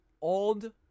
old